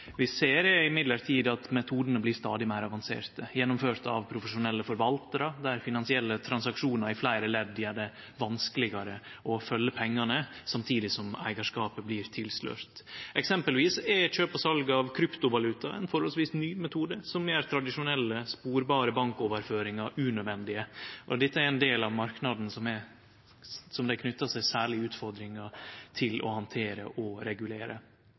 vi ser, er likevel at metodane blir stadig meir avanserte, gjennomførte av profesjonelle forvaltarar, der finansielle transaksjonar i fleire ledd gjer det vanskelegare å følgje pengane, samtidig som eigarskapet blir tilslørt. Eksempelvis er kjøp og sal av kryptovaluta ein forholdsvis ny metode, som gjer tradisjonelle, sporbare bankoverføringar unødvendige. Dette er ein del av marknaden som det er knytt særlege utfordringar til å handtere og regulere.